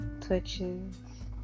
twitches